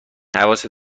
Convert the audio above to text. حواست